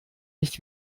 nicht